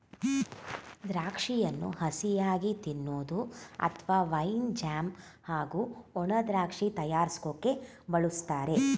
ದ್ರಾಕ್ಷಿಯನ್ನು ಹಸಿಯಾಗಿ ತಿನ್ಬೋದು ಅತ್ವ ವೈನ್ ಜ್ಯಾಮ್ ಹಾಗೂ ಒಣದ್ರಾಕ್ಷಿ ತಯಾರ್ರ್ಸೋಕೆ ಬಳುಸ್ತಾರೆ